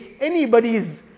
anybody's